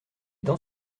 dans